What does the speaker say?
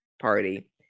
party